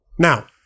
Now